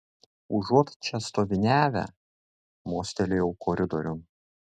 užuot čia stoviniavę mostelėjau koridoriun